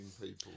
people